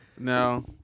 No